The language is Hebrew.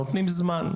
נותנים זמן.